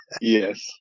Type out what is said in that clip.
Yes